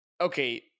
okay